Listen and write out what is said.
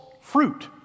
fruit